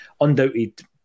Undoubted